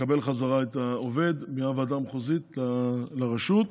לקבל חזרה את העובד מהוועדה המחוזית לרשות.